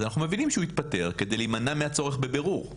אז אנחנו מבינים שהוא התפטר על מנת להימנע מהצורך בבירור.